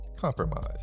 compromise